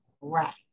right